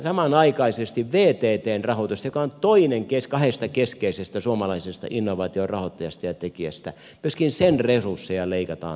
samanaikaisesti myöskin vttn joka on toinen kahdesta keskeisestä suomalaisesta innovaatiorahoittajasta ja tekijästä resursseja leikataan merkittävästi